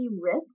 risk